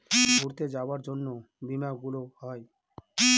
ঘুরতে যাবার জন্য বীমা গুলো হয়